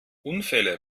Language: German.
unfälle